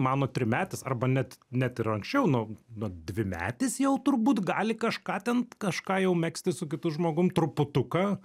mano trimetis arba net net ir anksčiau nu na dvimetis jau turbūt gali kažką ten kažką jau megzti su kitu žmogum truputuką